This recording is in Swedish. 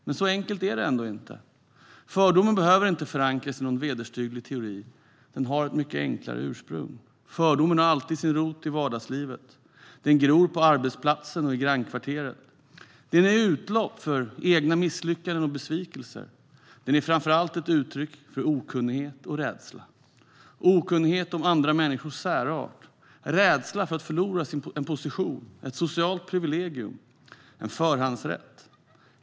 Men så enkelt är det ändå inte. Fördomen behöver inte förankras i någon vederstygglig teori. Den har ett mycket enklare ursprung. Fördomen har alltid sin rot i vardagslivet. Den gror på arbetsplatsen och i grannkvarteret. Den är ett utlopp för egna misslyckanden och besvikelser. Den är framför allt ett uttryck för okunnighet och rädsla. Okunnighet om andra människors särart, rädsla för att förlora en position, ett socialt privilegium, en förhandsrätt.